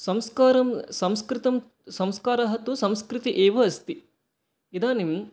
संस्कारः तु संस्कृते एव अस्ति इदानीम्